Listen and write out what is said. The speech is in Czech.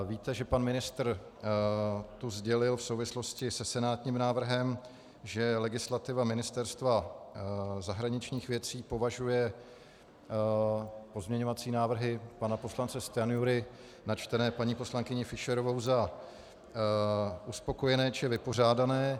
Víte, že pan ministr už sdělil v souvislosti se senátním návrhem, že legislativa Ministerstva zahraničních věcí považuje pozměňovací návrhy pana poslance Stanjury načtené paní poslankyní Fischerovou za uspokojené či vypořádané.